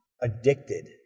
addicted